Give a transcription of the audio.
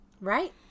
Right